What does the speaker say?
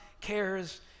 cares